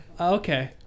Okay